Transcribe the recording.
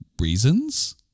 reasons